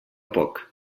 poc